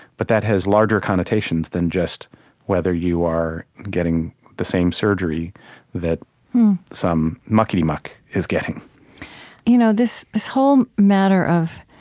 but that has larger connotations than just whether you are getting the same surgery that some mucky-muck is getting you know this this whole matter of